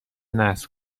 نسل